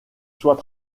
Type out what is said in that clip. sois